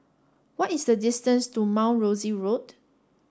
what is the distance to Mount Rosie Road